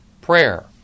prayer